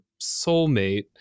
soulmate